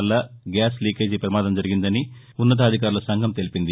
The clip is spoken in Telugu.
వల్ల గ్యాస్ లీకేజీ ప్రమాదం జరిగిందని ఉన్నతాధికారుల సంఘం తెలిపింది